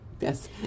Yes